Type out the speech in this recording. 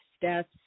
deaths